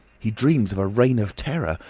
he dreams of a reign of terror!